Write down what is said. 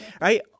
right